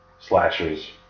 slashers